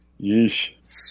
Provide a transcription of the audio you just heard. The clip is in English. Yeesh